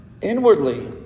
Inwardly